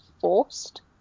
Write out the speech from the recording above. forced